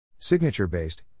Signature-based